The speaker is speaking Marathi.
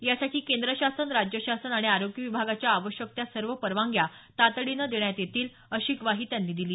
यासाठी केंद्र शासन राज्य शासन आणि आरोग्य विभागाच्या आवश्यक त्या सर्व परवानग्या तातडीने देण्यात येतील अशी ग्वाही त्यांनी दिली